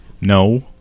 No